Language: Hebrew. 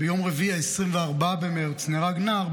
ביום רביעי 24 במרץ נהרג נער,